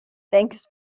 thanks